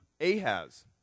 Ahaz